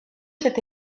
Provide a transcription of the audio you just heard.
cette